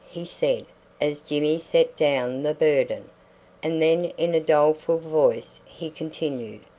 he said as jimmy set down the burden and then in a doleful voice he continued,